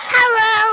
Hello